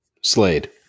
Slade